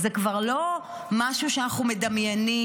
זה כבר לא משהו שאנחנו מדמיינים,